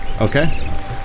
Okay